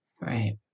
Right